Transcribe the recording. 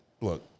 look